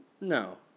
No